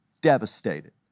devastated